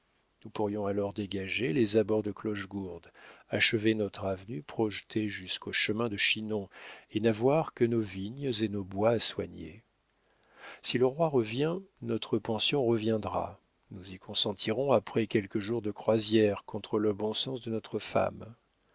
nous pourrions alors dégager les abords de clochegourde achever notre avenue projetée jusqu'au chemin de chinon et n'avoir que nos vignes et nos bois à soigner si le roi revient notre pension reviendra nous y consentirons après quelques jours de croisière contre le bon sens de notre femme